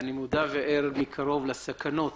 לסכנות